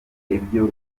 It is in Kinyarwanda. ibyo